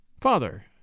Father